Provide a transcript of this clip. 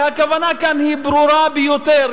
והכוונה כאן היא ברורה ביותר,